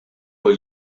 wohl